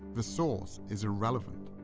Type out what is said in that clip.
the source is irrelevant.